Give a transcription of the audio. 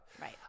Right